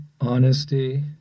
honesty